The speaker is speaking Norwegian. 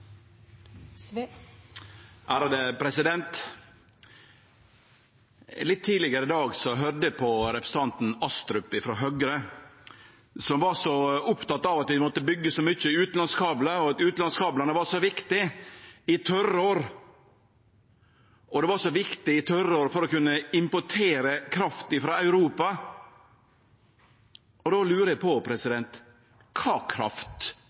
Astrup frå Høgre, som var så oppteken av at vi måtte byggje så mange utanlandskablar, og at utanlandskablane var så viktige i tørrår, og dei var så viktige i tørrår for å kunne importere kraft frå Europa. Då lurer eg på: Kva kraft